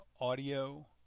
audio